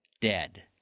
dead